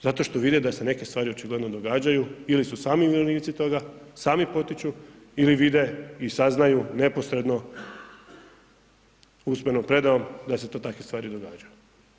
Zato što vide da se neke stvari očigledno događaju ili su sami sudionici toga, sami potiču ili vide i saznaju neposredno, usmenom predajom da se takve stvari događaju.